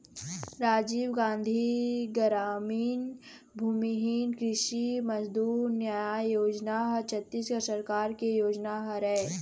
राजीव गांधी गरामीन भूमिहीन कृषि मजदूर न्याय योजना ह छत्तीसगढ़ सरकार के योजना हरय